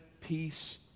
peace